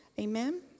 Amen